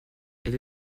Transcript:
elle